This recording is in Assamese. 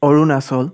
অৰুণাচল